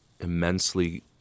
immensely